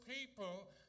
people